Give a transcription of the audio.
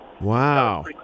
Wow